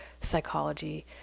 psychology